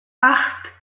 acht